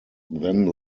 then